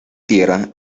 tierra